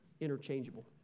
interchangeable